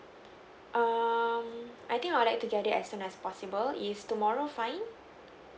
um I think I would like to get it as soon as possible is tomorrow fine